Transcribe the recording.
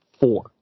Four